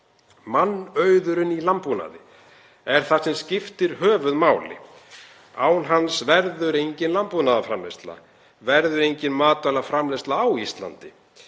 Mannauðurinn í landbúnaði er það sem skiptir höfuðmáli. Án hans verður engin landbúnaðarframleiðsla og engin matvælaframleiðsla á Íslandi.